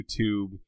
YouTube